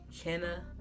Kenna